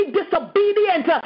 disobedient